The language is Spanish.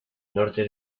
norte